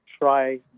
try